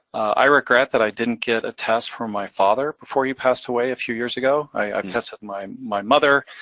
i regret that i didn't get a test for my father before he passed away a few years ago. i've tested my my mother,